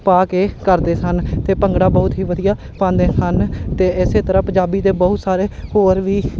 ਪਾ ਕੇ ਕਰਦੇ ਸਨ ਅਤੇ ਭੰਗੜਾ ਬਹੁਤ ਹੀ ਵਧੀਆ ਪਾਉਂਦੇ ਹਨ ਅਤੇ ਇਸੇ ਤਰ੍ਹਾਂ ਪੰਜਾਬੀ ਦੇ ਬਹੁਤ ਸਾਰੇ ਹੋਰ ਵੀ